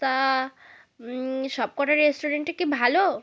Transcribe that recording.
তা সব কটা রেস্টুরেন্টই কি ভালো